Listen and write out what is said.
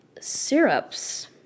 syrups